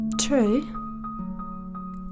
True